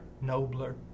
nobler